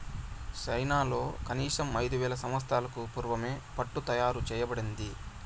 చైనాలో కనీసం ఐదు వేల సంవత్సరాలకు పూర్వమే పట్టు తయారు చేయబడింది